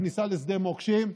בכניסה לשדה מוקשים,